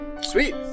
sweet